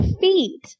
feet